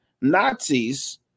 Nazis